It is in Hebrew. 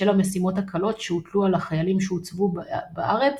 בשל המשימות הקלות שהוטלו על החיילים שהוצבו בארץ,